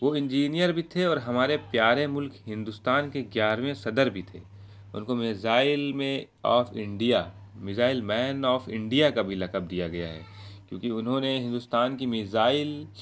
وہ انجینئر بھی تھے اور ہمارے پیارے ملک ہندوستان کے گیارہویں صدر بھی تھے ان کو missile man of India missile man of India کا بھی لقب دیا گیا ہے کیونکہ انہوں نے ہندوستان کی میزائل